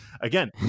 again